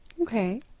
Okay